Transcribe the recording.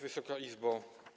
Wysoka Izbo!